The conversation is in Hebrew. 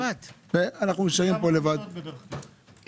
ואנחנו נשארים פה לבד, לצערי.